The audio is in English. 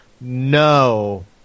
No